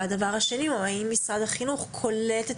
השאלה השנייה היא האם משרד החינוך קולט את